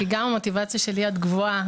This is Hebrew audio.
כי גם המוטיבציה שלי עוד גבוהה.